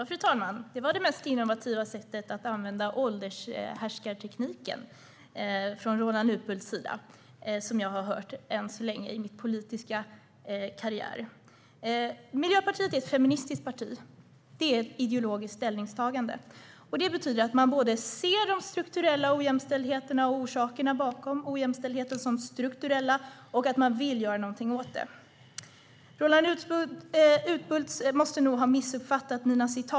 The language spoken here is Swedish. Fru talman! Det var ett innovativt sätt att använda åldershärskartekniken från Roland Utbults sida, det mest innovativa jag hört under min politiska karriär. Miljöpartiet är ett feministiskt parti. Det är ett ideologiskt ställningstagande. Det betyder att man ser ojämställdheten och orsakerna bakom den som strukturella och att man vill göra något åt det. Roland Utbult måste ha missuppfattat mina citat.